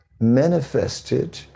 manifested